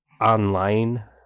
online